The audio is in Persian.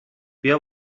بیا